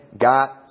got